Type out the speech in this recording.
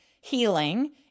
healing